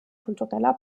kultureller